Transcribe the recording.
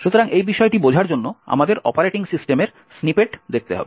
সুতরাং এই বিষয়টি বোঝার জন্য আমাদের অপারেটিং সিস্টেমের স্নিপেট দেখতে হবে